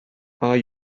are